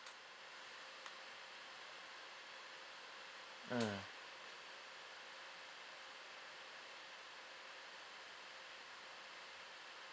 mm